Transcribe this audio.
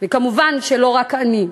וכמובן לא רק אני.